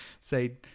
Say